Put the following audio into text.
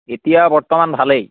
এতিয়া বৰ্তমান ভালেই